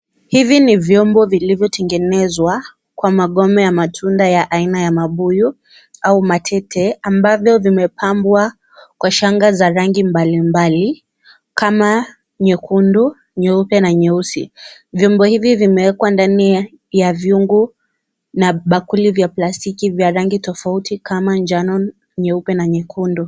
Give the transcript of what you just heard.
Hivi ni vyombo vilivoyotengenezwa kwa magome ya matunda ya aina ya mabuyu au matete ambavyo vimepambwa kwa shanga za rangi mbalimbali kama nyekundu nyeupe na nyeusi , vyombo hivi vimeekwa ndani ya vyungu na bakuli vya plastiki vya rangi tofauti kama njano nyeupe na nyekundu.